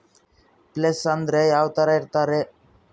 Place ಅಂದ್ರೆ ಯಾವ್ತರ ಇರ್ತಾರೆ?